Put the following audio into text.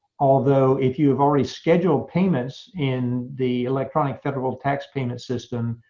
although, if you have already scheduled payments in the electronic federal tax payment system,